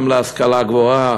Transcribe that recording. גם להשכלה גבוהה,